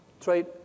trade